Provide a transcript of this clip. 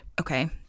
okay